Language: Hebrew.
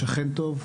'שכן טוב',